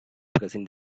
pressing